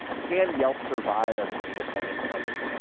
can yelp survive as an independent company?